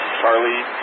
Charlie